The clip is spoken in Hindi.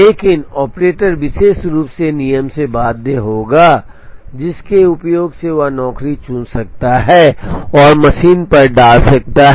लेकिन ऑपरेटर विशेष रूप से नियम से बाध्य होगा जिसके उपयोग से वह नौकरी चुन सकता है और मशीन पर डाल सकता है